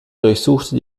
durchsuchte